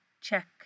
check